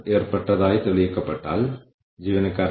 ഞാൻ ഇത് നിങ്ങൾക്ക് പെട്ടെന്ന് കാണിച്ചുതരാം